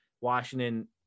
Washington